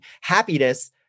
happiness